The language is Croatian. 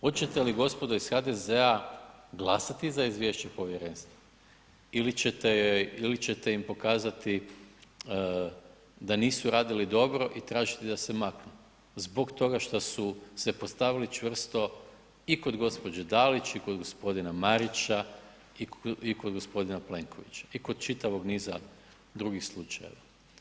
Hoćete li gospodo iz HDZ-a glasati za izvješće povjerenstva ili ćete im pokazati da nisu radili dobro i tražiti da se maknu zbog toga što su se postavili čvrsto i kod gospođe Dalić i kog gospodina Marića i kod gospodina Plenkovića i kod čitavog niza drugih slučajeva?